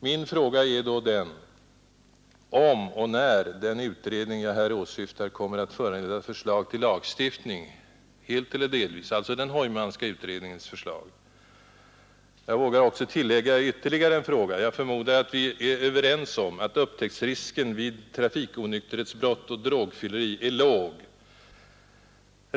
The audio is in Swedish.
Min fråga är då om och när den utredning jag här åsyftar kommer att föranleda förslag till lagstiftning, helt eller delvis, alltså den Heumanska utredningens förslag. Jag vågar också tillägga ytterligare en fråga. Jag förmodar att vi är överens om att upptäcktsrisken vid trafiknykterhetsbrott och drogfylleri är låg.